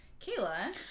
Kayla